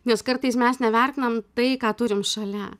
nes kartais mes nevertinam tai ką turim šalia